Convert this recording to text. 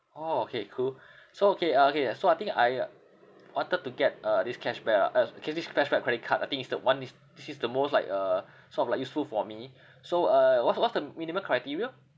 orh okay cool so okay uh okay so I think I wanted to get uh this cashback uh as okay this cashback credit card I think is that one is this is the most like uh sort of like useful for me so uh what what's the minimum criteria